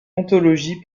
anthologie